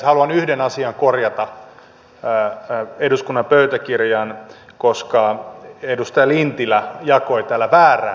haluan yhden asian korjata eduskunnan pöytäkirjaan koska edustaja lintilä jakoi täällä väärää tietoa